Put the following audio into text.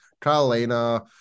Carolina